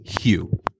Hugh